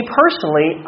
personally